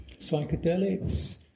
Psychedelics